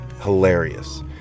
hilarious